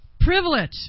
privilege